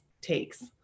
takes